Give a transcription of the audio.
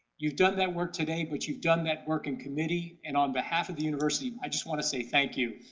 you've done that work today which but you've done that work in committee and on behalf of the university i just want to say thank you.